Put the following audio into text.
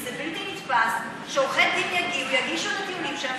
כי זה בלתי נתפס שעורכי דין יגישו את הטיעונים שלהם